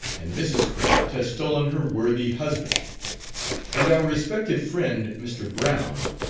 and mrs. craft has stolen her worthy husband and our respected friend, mr. brown,